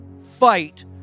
Fight